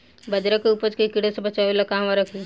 बाजरा के उपज के कीड़ा से बचाव ला कहवा रखीं?